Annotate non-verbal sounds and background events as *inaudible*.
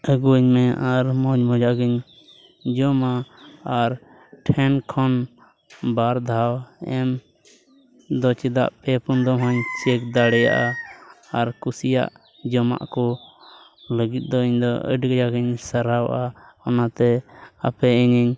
ᱟᱹᱜᱩᱭᱟᱹᱧ ᱢᱮ ᱟᱨ ᱢᱚᱡᱽ ᱢᱚᱡᱽ ᱡᱟᱜ ᱜᱮᱧ ᱡᱚᱢᱟ ᱟᱨ ᱴᱷᱮᱱ ᱠᱷᱚᱱ ᱵᱟᱨ ᱫᱷᱟᱣ ᱮᱢ ᱫᱚ ᱪᱮᱫᱟᱜ ᱯᱮ ᱯᱩᱱ ᱫᱚᱢ ᱦᱚᱧ *unintelligible* ᱫᱟᱲᱮᱭᱟᱜᱼᱟ ᱟᱨ ᱠᱩᱥᱤᱭᱟᱜ ᱡᱚᱢᱟᱜ ᱠᱚ ᱞᱟᱹᱜᱤᱫ ᱫᱚ ᱤᱧ ᱫᱚ ᱟᱹᱰᱤ ᱠᱟᱡᱟᱠ ᱤᱧ ᱥᱟᱨᱦᱟᱣᱟ ᱚᱱᱟᱛᱮ ᱟᱯᱮ ᱤᱧᱤᱧ